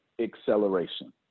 acceleration